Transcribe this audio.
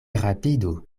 rapidu